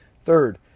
Third